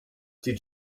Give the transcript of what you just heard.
did